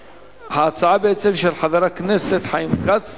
ההצעה היא של חברי הכנסת חיים כץ